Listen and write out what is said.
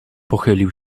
pochylił